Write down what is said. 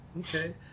okay